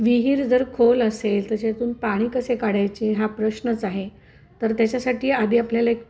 विहीर जर खोल असेल त्याच्यातून पाणी कसे काढायचे हा प्रश्नच आहे तर त्याच्यासाठी आधी आपल्याला एक